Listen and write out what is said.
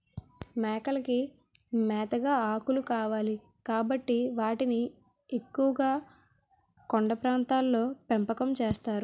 మేకలకి మేతగా ఆకులు కావాలి కాబట్టి వాటిని ఎక్కువుగా కొండ ప్రాంతాల్లో పెంపకం చేస్తారు